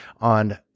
on